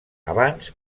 abans